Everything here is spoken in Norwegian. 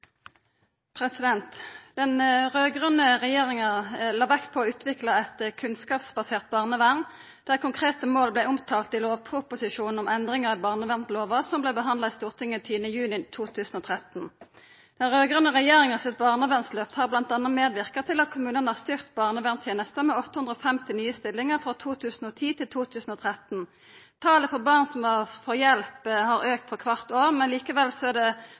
foreldrepenger? Den raud-grøne regjeringa la vekt på å utvikla eit kunnskapsbasert barnevern der konkrete mål vart omtalt i lovproposisjonen om endringar i barevernlova som vart behandla i Stortinget 10. juni 2013. Den raud-grøne regjeringa sitt barnevernslyft har bl.a. medverka til at kommunane har styrkt barnevernstenesta med 850 nye stillingar frå 2010 til 2013. Talet på barn som må få hjelp, har auka for kvart år. Likevel er det